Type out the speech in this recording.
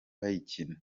bayikina